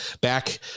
back